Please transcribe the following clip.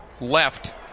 left